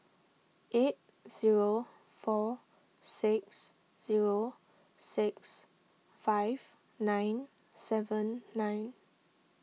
eight zero four six zero six five nine seven nine